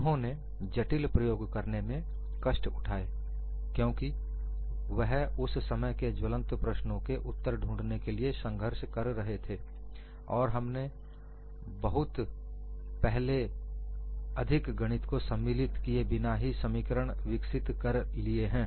उन्होंने जटिल प्रयोग करने में कष्ट उठाए क्योंकि वह उस समय के ज्वलंत प्रश्नों के उत्तर ढूंढने के लिए संघर्ष कर रहे थे और हमने पहले ही बहुत अधिक गणित को सम्मिलित किए बिना ही समीकरण विकसित कर लिए हैं